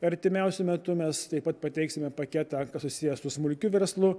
artimiausiu metu mes taip pat pateiksime paketą kas susiję su smulkiu verslu